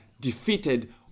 defeated